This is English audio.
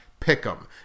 pick'em